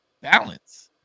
balance